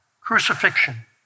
crucifixion